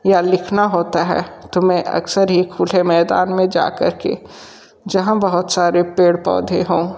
या लिखना होता है तो मैं अक्सर ही खुले मैदान में जाकर के जहाँ बहुत सारे पेड़ पौधे हों